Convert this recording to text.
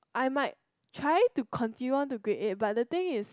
I might try to continue on to grade eight but the thing is